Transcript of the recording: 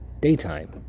daytime